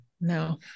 no